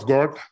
God